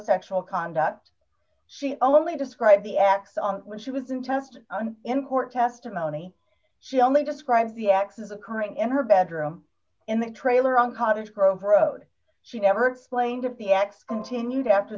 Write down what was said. sexual conduct she only described the exxon when she was in test and in court testimony she only described the x is occurring in her bedroom in the trailer on cottage grove road she never explained that the x continued after